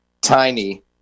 Tiny